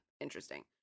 interesting